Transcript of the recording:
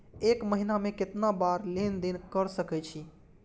एक महीना में केतना बार लेन देन कर सके छी?